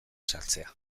sartzea